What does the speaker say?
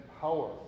power